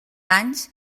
anys